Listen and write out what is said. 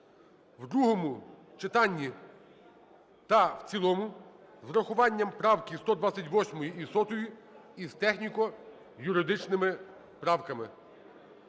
в другому читанні та в цілому, з урахуванням правки 128 і 100 і з техніко-юридичними правками.